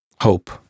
hope